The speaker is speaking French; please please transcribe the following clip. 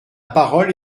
parole